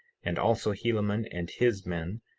and also helaman and his men,